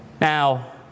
Now